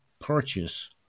purchase